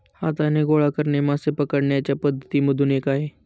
हाताने गोळा करणे मासे पकडण्याच्या पद्धती मधून एक आहे